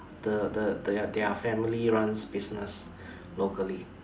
the the the their family runs business locally